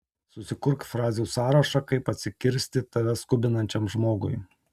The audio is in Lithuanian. susikurk frazių sąrašą kaip atsikirsti tave skubinančiam žmogui